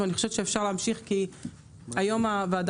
אבל אני חושבת שאפשר להמשיך כי היום הוועדה